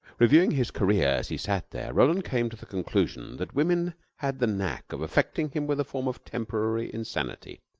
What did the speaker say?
reviewing his career, as he sat there, roland came to the conclusion that women had the knack of affecting him with a form of temporary insanity.